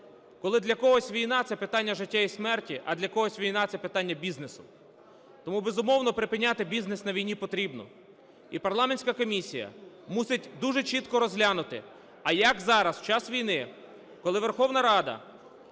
коли для когось війна – це питання життя і смерті, а для когось війна – це питання бізнесу. Тому, безумовно, припиняти бізнес на війні потрібно. І парламентська комісія мусить дуже чітко розглянути: а як зараз, в час війни, коли Верховна Рада